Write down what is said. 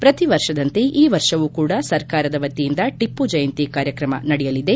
ಪ್ರತಿ ವರ್ಷದಂತೆ ಈ ವರ್ಷವೂ ಕೂಡ ಸರ್ಕಾರದ ವತಿಯಿಂದ ಟಿಮ್ನ ಜಯಂತಿ ಕಾರ್ಯಕ್ರಮ ನಡೆಯಲಿದೆ